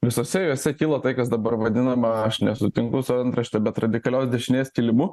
visose jose kilo tai kas dabar vadinama aš nesutinku su antrašte bet radikalios dešinės kilimu